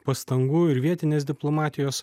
pastangų ir vietinės diplomatijos